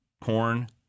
Corn